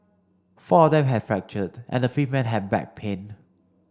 four of them had fractured and the fifth man had back pain